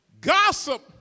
Gossip